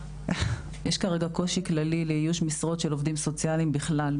יש כרגע קושי כללי לאיוש משרות של עובדים סוציאליים בכלל,